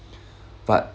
but